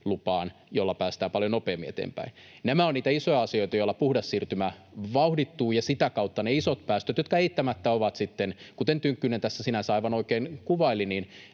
jolla päästään paljon nopeammin eteenpäin? Nämä ovat niitä isoja asioita, joilla puhdas siirtymä vauhdittuu, ja sitä kautta niitä isoja päästöjä, jotka eittämättä ovat, kuten Tynkkynen tässä sinänsä aivan oikein kuvaili,